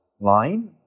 line